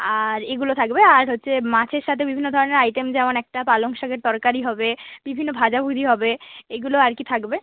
আর এগুলো থাকবে আর হচ্ছে মাছের সাথে বিভিন্ন ধরনের আইটেম যেমন একটা পালং শাকের তরকারি হবে বিভিন্ন ভাজাভুজি হবে এগুলো আর কি থাকবে